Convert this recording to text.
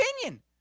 opinion